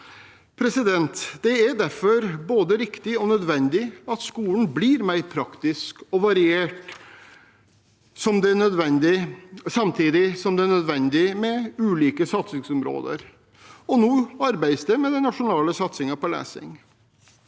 Det er derfor både riktig og nødvendig at skolen blir mer praktisk og variert. Det er nødvendig, samtidig som det er nødvendig med ulike satsingsområder. Nå arbeides det med den nasjonale satsingen på lesing.